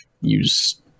use